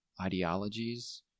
Ideologies